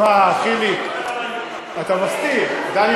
שמע, חיליק, אתה מסתיר.